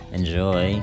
Enjoy